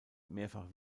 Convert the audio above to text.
mehrfach